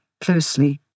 closely